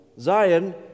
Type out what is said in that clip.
Zion